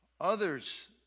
Others